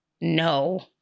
no